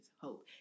hope